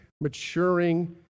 maturing